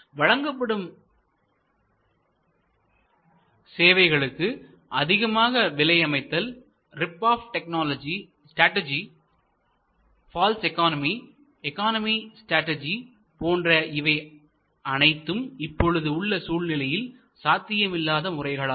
வழங்கப்படும் சேவைகளுக்கு அதிகமாக விலை அமைத்தல் ரிப் ஆப் ஸ்டடெர்ஜி stratergyஃபால்ஸ் எக்கானமி எக்கானமி ஸ்டடெர்ஜி போன்ற இவை அனைத்தும் இப்பொழுது உள்ள சூழ்நிலையில் சாத்தியமில்லாத முறைகளாகும்